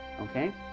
Okay